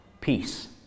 peace